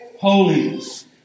Holiness